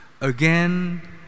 again